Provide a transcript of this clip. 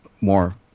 more